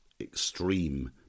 extreme